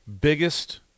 biggest